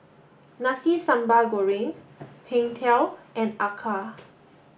Nasi Sambal Goreng Png Tao and Acar